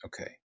okay